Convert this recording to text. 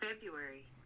February